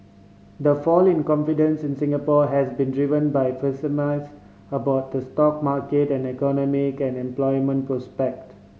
the fall in confidence in Singapore has been driven by pessimisms about the stock market then the economy can employment prospect